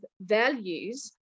values